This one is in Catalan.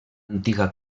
antiga